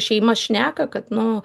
šeima šneka kad nu